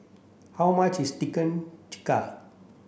how much is Chicken Tikka